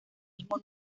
mismo